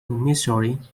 missouri